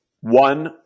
one